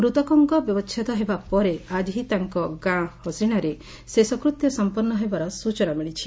ମୂତକଙ୍କ ବ୍ୟବଛେଦ ହେବା ପରେ ଆଜି ତାଙ୍କ ଗାଁ ହସିଶାରେ ଶେଷକୃତ୍ୟ ସଂପନ୍ ହେବାର ସୂଚନା ମିଳିଛି